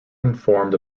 informed